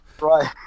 right